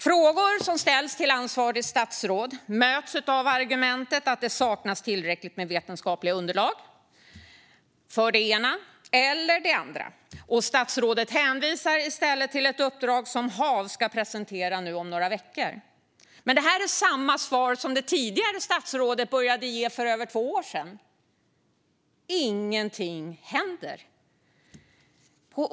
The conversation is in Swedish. Frågor som ställs till ansvarigt statsråd möts av argumentet att det saknas tillräckligt med vetenskapliga underlag för det ena eller det andra. Statsrådet hänvisar i stället till ett uppdrag som HaV ska presentera om några veckor. Detta är dock samma svar som det tidigare statsrådet började ge för över två år sedan. Ingenting händer.